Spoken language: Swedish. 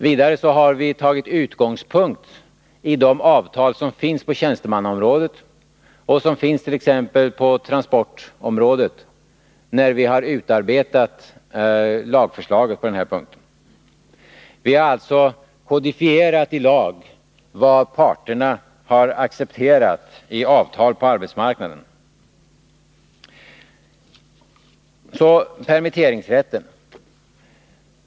Vi har vidare tagit de avtal som finns på tjänstemannaområdet och t.ex. transportområdet som utgångspunkt när vi har utarbetat lagförslaget på denna punkt. Vi har alltså i lag kodifierat vad parterna på arbetsmarknaden har accepterat i avtal. Så några ord om permitteringsrätten.